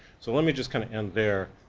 so let me just kind of end there,